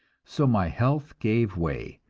so my health gave way,